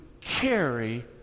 carry